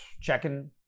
checking